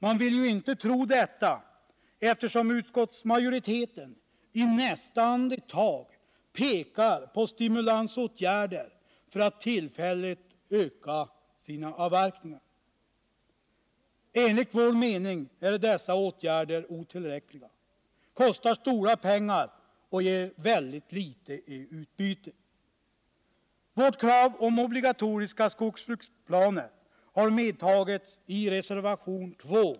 Man vill ju inte tro det, eftersom utskottsmajoriteten i nästa andetag pekar på behovet av stimulansåtgärder i syfte att tillfälligt öka avverkningarna. Enligt vår mening är dessa åtgärder otillräckliga. Att genomföra dem kostar stora pengar och ger väldigt litet i utbyte. Vårt krav på obligatoriska skogsbruksplaner har medtagits i reservation 2.